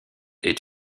est